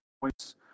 points